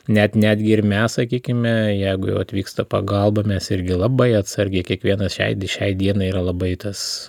net netgi ir mes sakykime jeigu jau atvyksta pagalba mes irgi labai atsargiai kiekvienas šiai šiai dienai yra labai tas